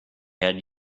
had